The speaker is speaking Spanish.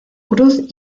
cruz